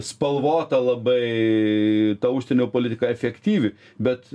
spalvota labai ta užsienio politika efektyvi bet